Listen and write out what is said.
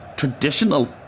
traditional